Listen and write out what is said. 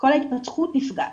כל ההתפתחות נפגעת,